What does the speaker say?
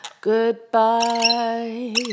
Goodbye